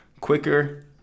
quicker